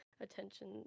attention